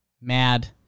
Mad